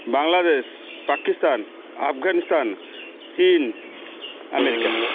ବାଂଲାଦେଶ ପାକିସ୍ତାନ ଆଫଗାନିସ୍ତାନ ଚୀନ ଆମେରିକା